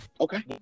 okay